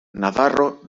navarro